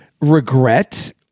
regret